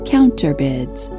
Counterbids